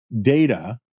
data